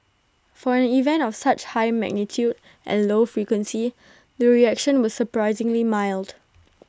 for an event of such high magnitude and low frequency the reaction was surprisingly mild